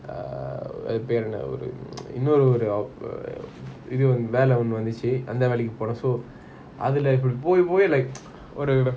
uh அது பெரு என்ன ஒரு:athu peru enna oru இனொரு வெல்ல வந்துச்சி அந்த வெள்ளைக்கி போனான்:inoru vella vanthuchi antha vellaiki ponan so அதுல பொய் பொய்:athula poi poi like ஒரு:oru